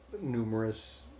numerous